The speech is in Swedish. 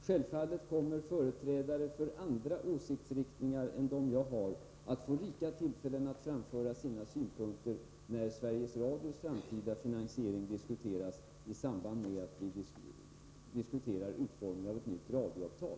Självfallet kommer företrädare för andra åsiktsriktningar än min att få rika tillfällen att framföra sina synpunkter när Sveriges Radios framtida finansiering diskuteras i samband med att man diskuterar utformningen av ett nytt radioavtal.